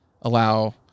allow